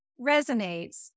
resonates